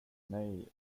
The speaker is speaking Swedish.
nej